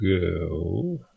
go